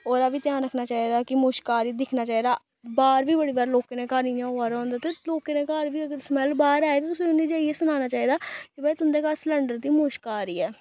ओह्दा बी ध्यान रक्खना चाहिदा कि मुश्क आ'रदी दिक्खना चाहिदा बाह्र बी बड़ी बार लोकें दे घर इ'यां होआ दा होंदा ते लोकें दे घर बी स्मैल बाह्र आए ते तुसें उ'नेंगी जाइयै सनाना चाहिदी कि भाई तुं'दे घर सलैंडर दी मुश्क आ'रदी ऐ